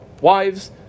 wives